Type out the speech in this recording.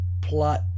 plot